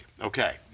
okay